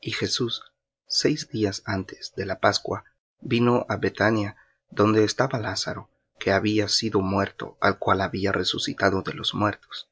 y jesús seis días antes de la pascua vino á bethania donde estaba lázaro que había sido muerto al cual había resucitado de los muertos